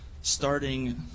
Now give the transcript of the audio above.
starting